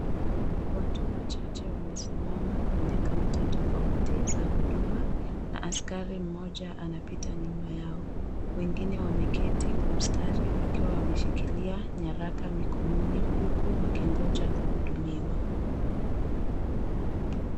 Watu wachache wamesimama kwenye counter tofauti za huduma na askari mmoja anapita nyuma yao, wengine wameketi kwa mstari wakiwa wameshikilia nyaraka mikononi huku wakingoja kuhudumiwa.